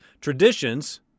traditions